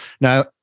Now